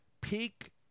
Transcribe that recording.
Peak